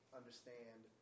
understand